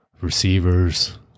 receivers